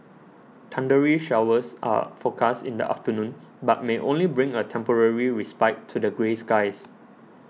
thundery showers are forecast in the afternoon but may only bring a temporary respite to the grey skies